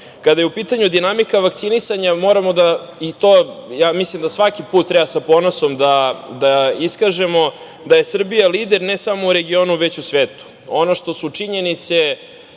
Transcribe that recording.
Kada je u pitanju dinamika vakcinisanja mislim da svaki put treba sa ponosom da iskažemo da je Srbija lider ne samo u regionu, već u svetu. Ono što su činjenice